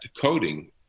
coding